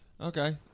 Okay